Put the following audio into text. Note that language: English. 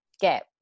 get